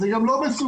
זה גם לא מסובך.